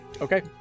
Okay